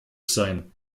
sein